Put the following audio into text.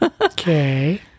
Okay